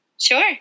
Sure